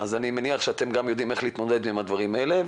אז אני מניח שאתם גם יודעים איך להתמודד עם הדברים האלה,